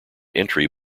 entry